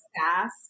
fast